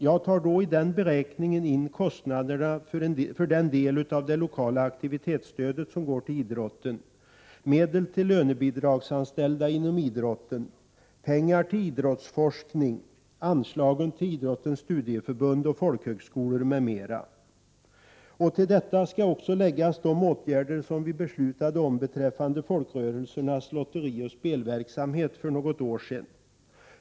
Jag tar då in i beräkningen kostnaden för den del av det lokala aktivitetsstödet som går till idrotten, medel till lönebidragsanställda inom idrotten, pengar till idrottsforskning, anslagen till idrottens studieförbund och folkhögskolor m.m. Till detta skall också läggas de åtgärder som vi beslutade om beträffande folkrörelsernas lotterioch spelverksamhet för något år sedan.